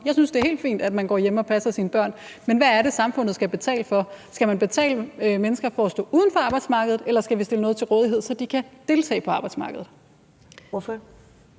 Jeg synes, det er helt fint, at man går hjemme og passer sine børn, men hvad er det, samfundet skal betale for? Skal man betale mennesker for at stå uden for arbejdsmarkedet, eller skal vi stille noget til rådighed, så de kan deltage på arbejdsmarkedet? Kl.